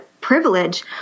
privilege